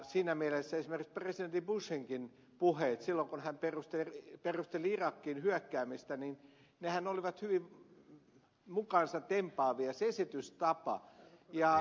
siinä mielessä esimerkiksi presidentti bushinkin puheet silloin kun hän perusteli irakiin hyökkäämistä olivat hyvin mukaansa tempaavia se esitystapa